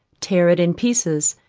tear it in pieces,